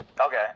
Okay